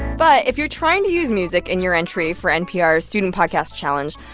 but if you're trying to use music in your entry for npr's student podcast challenge,